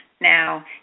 Now